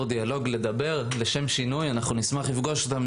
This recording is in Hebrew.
דיאלוג ולדבר כולנו פה נשמח לפגוש אותם.